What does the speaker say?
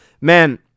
Man